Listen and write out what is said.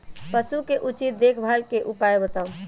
पशु के उचित देखभाल के उपाय बताऊ?